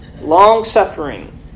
long-suffering